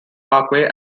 parkway